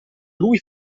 lui